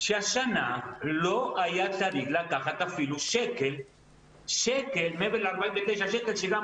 שהשנה לא היה צריך לקחת אפילו שקל מעבר ל-49 שקל שגם